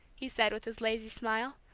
he said, with his lazy smile.